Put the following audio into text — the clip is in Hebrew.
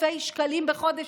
אלפי שקלים בחודש,